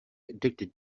addicted